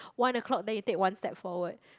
one o-clock then you take one step forward